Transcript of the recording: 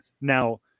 Now